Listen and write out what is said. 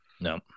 No